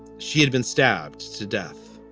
she had been stabbed to death